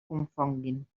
confonguin